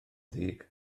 ddig